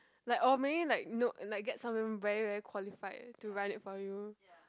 like or maybe like no like get someone very very qualified to write it for you